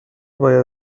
باید